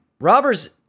Robbers